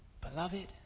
Beloved